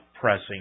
pressing